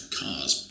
cars